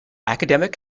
academic